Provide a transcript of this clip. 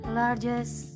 largest